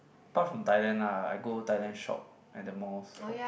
apart from Thailand lah I go Thailand shop at the malls for